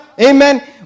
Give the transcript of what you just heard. Amen